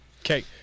Okay